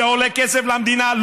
זה עולה כסף למדינה?